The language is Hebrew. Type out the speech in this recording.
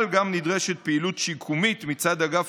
אבל גם נדרשת פעילות שיקומית מצד אגף